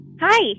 Hi